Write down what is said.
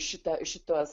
šitą šituos